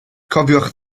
cofiwch